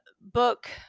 book